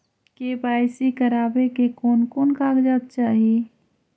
KYC करावे ले कोन कोन कागजात चाही?